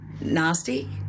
nasty